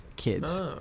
kids